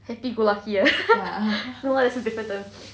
happy go lucky ah no lah it's a different term